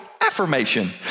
affirmation